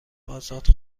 آزاد